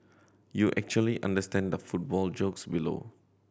you actually understand the football jokes below